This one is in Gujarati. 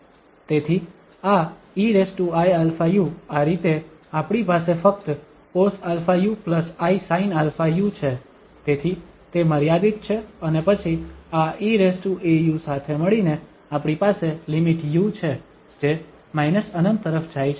તેથી આ eiαu આ રીતે આપણી પાસે ફક્ત cosαuisinαu છે તેથી તે મર્યાદિત છે અને પછી આ eau સાથે મળીને આપણી પાસે લિમિટ u છે જે −∞ તરફ જાય છે